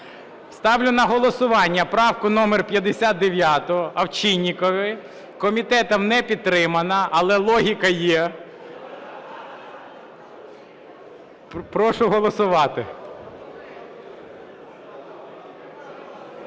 Ставлю на голосування правку номер 59 Овчинникової. Комітетом не підтримана, але логіка є. Прошу голосувати.